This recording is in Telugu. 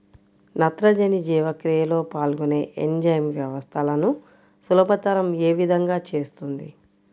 నత్రజని జీవక్రియలో పాల్గొనే ఎంజైమ్ వ్యవస్థలను సులభతరం ఏ విధముగా చేస్తుంది?